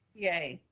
yay.